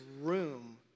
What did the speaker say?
room